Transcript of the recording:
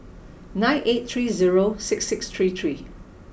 nine eight three zero six six three three